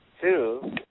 Two